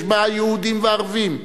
יש בה יהודים וערבים.